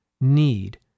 need